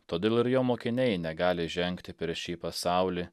todėl ir jo mokiniai negali žengti per šį pasaulį